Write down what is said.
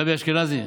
גבי אשכנזי,